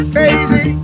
Crazy